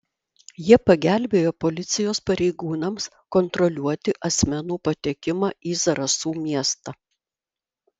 jie pagelbėjo policijos pareigūnams kontroliuoti asmenų patekimą į zarasų miestą